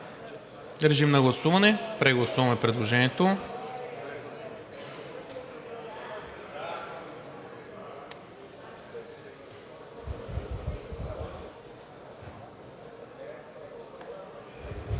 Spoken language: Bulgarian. на гласуване предложението